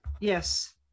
Yes